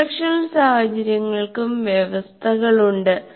instructional സാഹചര്യങ്ങൾക്കും വ്യവസ്ഥകൾ ഉണ്ട്